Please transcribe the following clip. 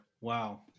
Wow